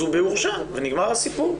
אז הוא בהורשע ונגמר הסיפור,